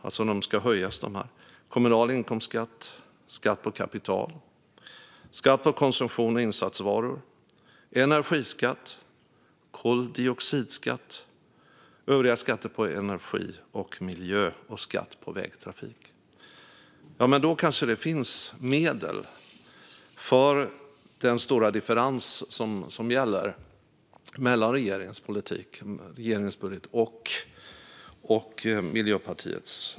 De ska alltså höjas, så även kommunal inkomstskatt, skatt på kapital, skatt på konsumtion och insatsvaror, energiskatt, koldioxidskatt och övriga skatter på energi och miljö och skatt på vägtrafik. Ja, då kanske det finns medel till den stora differensen mellan regeringens budget och Miljöpartiets.